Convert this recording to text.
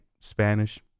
Spanish